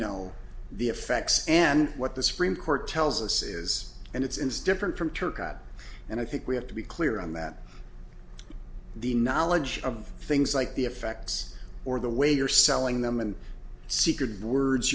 know the effects and what the supreme court tells us is and it's in step and from target and i think we have to be clear on that the knowledge of things like the effects or the way you're selling them in secret words